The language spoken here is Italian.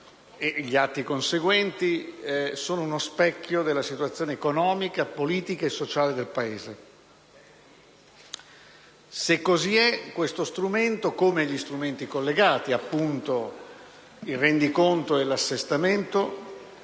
gli atti conseguenti sono uno specchio della situazione economica, politica e sociale del Paese. Se così è, questo strumento, come gli strumenti collegati, appunto il rendiconto e l'assestamento,